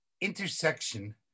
intersection